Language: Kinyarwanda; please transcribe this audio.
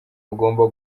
ugomba